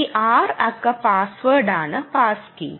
ഈ 6 അക്ക പാസ്വേഡാണ് പാസ് കീ